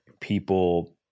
people